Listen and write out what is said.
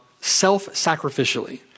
self-sacrificially